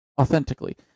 authentically